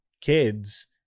kids